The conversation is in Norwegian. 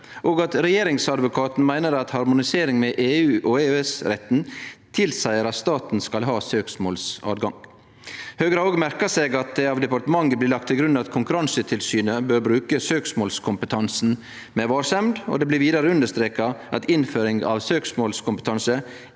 og at Regjeringsadvokaten meiner at harmonisering med EU- og EØS-retten tilseier at staten skal ha søksmålsadgang. Høgre har òg merka seg at det av departementet blir lagt til grunn at Konkurransetilsynet bør bruke søksmålskompetansen med varsemd, og det blir vidare understreka at innføring av søksmålskompetanse